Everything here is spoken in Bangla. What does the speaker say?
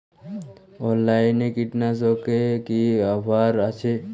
অনলাইনে কীটনাশকে কি অফার আছে?